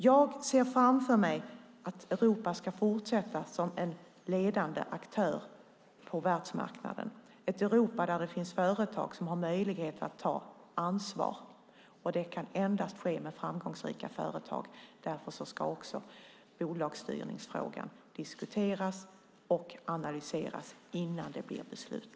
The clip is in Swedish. Jag ser framför mig ett Europa som ska fortsätta som en ledande aktör på världsmarknaden, ett Europa där det finns företag som har möjlighet att ta ansvar. Det kan endast ske med framgångsrika företag. Därför ska bolagsstyrningsfrågan diskuteras och analyseras innan det fattas beslut.